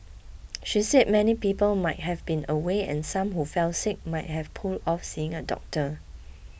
she said many people might have been away and some who fell sick might have put off seeing a doctor